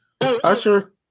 Usher